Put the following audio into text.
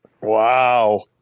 Wow